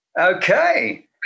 Okay